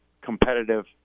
competitive